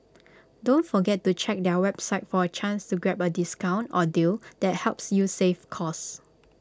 don't forget to check their website for A chance to grab A discount or deal that helps you save cost